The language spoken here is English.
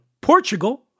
Portugal